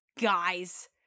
Guys